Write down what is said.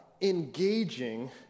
engaging